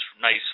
nice